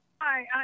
Hi